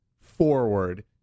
forward